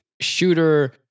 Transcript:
shooter